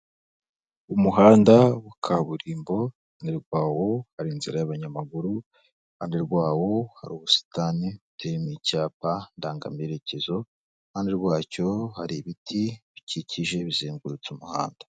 Umuhanda wa kaburimbo, iruhande rwawo hari inzira y'abanyamaguru, iruhande rwawo hari ubusitani buteyemo icyapa ndangamerekezo, iruhande rwacyo hari ibiti bikikije bizengurutse umuhanda.